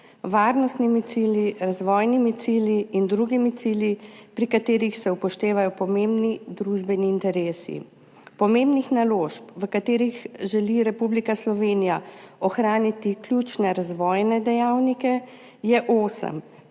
varnostnimi cilji, razvojnimi cilji in drugimi cilji, pri katerih se upoštevajo pomembni družbeni interesi. Pomembnih naložb, v katerih želi Republika Slovenija ohraniti ključne razvojne dejavnike, je osem,